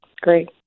great